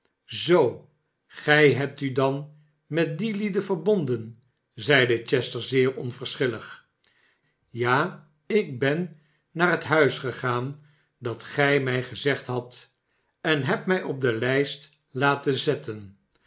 szoo gij hebt u dan met die lieden verbonden zeide chester zeer onverschillig sja ik ben naar het huis gegaan dat gij mij gezegd hadt en heb mij op de lijst laten zetten